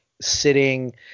sitting –